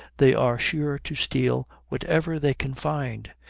they are sure to steal whatever they can find,